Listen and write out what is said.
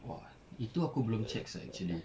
!wah! itu aku belum check sia actually